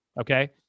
okay